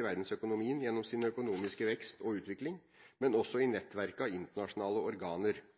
i verdensøkonomien gjennom sin økonomiske vekst og utvikling, men også i nettverket av internasjonale organer,